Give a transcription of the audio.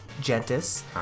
Gentis